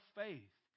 faith